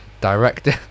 Director